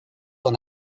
dans